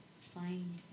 find